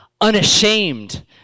unashamed